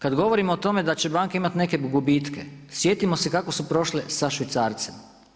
Kada govorimo o tome da će banke imati neke gubitke sjetimo se kako su prošle sa švicarcem.